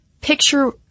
Picture